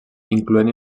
incloent